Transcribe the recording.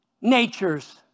natures